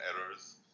errors